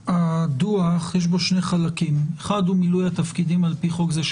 בדוח יש שני חלקים: מילוי תפקידי הרשות על פי חוק זה,